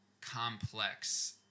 complex